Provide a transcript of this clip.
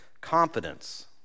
confidence